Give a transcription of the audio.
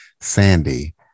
Sandy